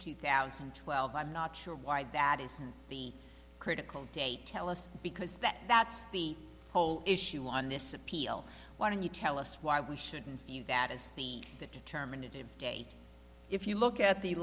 two thousand and twelve i'm not sure why that isn't the critical date tell us because that that's the whole issue on this appeal why don't you tell us why we shouldn't that is the that determinative day if you look at the